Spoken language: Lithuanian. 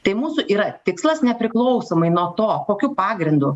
tai mūsų yra tikslas nepriklausomai nuo to kokiu pagrindu